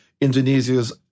Indonesia's